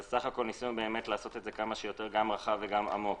אז סך הכול ניסינו לעשות את זה כמה שיותר רחב וגם עמוק.